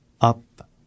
up